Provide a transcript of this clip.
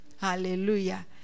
Hallelujah